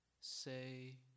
say